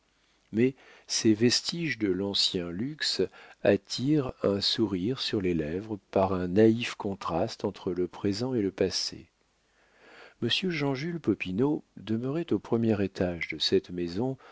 mais ces vestiges de l'ancien luxe attirent un sourire sur les lèvres par un naïf contraste entre le présent et le passé monsieur jean jules popinot demeurait au premier étage de cette maison